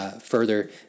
further